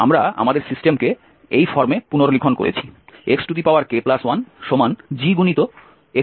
আমরা আমাদের সিস্টেমকে এই ফর্মে পুনর্লিখন করেছি xk1GxHb